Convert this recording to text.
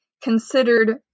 considered